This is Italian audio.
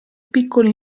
piccolo